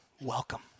welcome